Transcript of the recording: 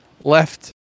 left